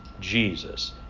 Jesus